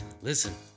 Listen